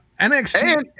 NXT